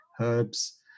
herbs